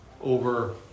over